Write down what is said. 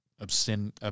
obscene